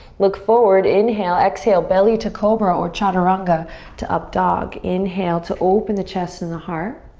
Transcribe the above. look forward, inhale. exhale, belly to cobra or chaturanga to up dog. inhale to open the chest and the heart.